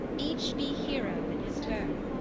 each be hero in his turn!